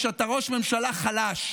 היא שאתה ראש ממשלה חלש,